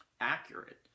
accurate